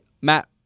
Matt